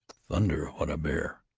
thunder! what a bear!